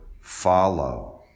follow